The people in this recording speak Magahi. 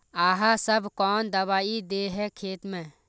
आहाँ सब कौन दबाइ दे है खेत में?